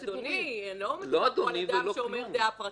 אבל, אדוני, לא מדובר פה על אדם שאומר דעה פרטית.